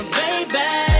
baby